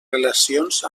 relacions